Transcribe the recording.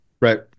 right